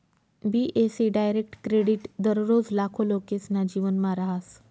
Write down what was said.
बी.ए.सी direct credit दररोज लाखो लोकेसना जीवनमा रहास